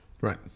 Right